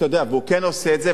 והוא כן עושה את זה,